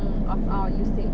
mm of our usage